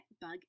bug